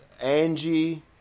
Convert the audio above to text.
Angie